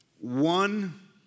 One